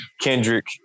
Kendrick